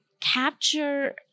capture